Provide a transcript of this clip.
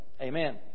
Amen